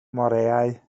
moreau